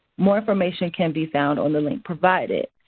more information can be found on the link provided.